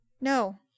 No